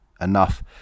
enough